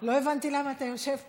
לא הבנתי למה אתה יושב פה.